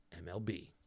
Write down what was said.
MLB